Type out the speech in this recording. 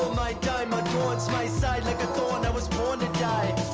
my diamond towards my side like a corn i was born to die